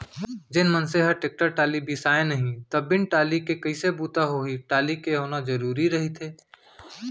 जेन मनसे ह टेक्टर टाली बिसाय नहि त बिन टाली के कइसे बूता होही टाली के होना जरुरी रहिथे